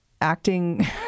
acting